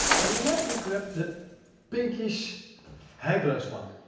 ah let me grab that pinkish haglofs one.